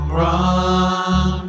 run